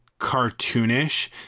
cartoonish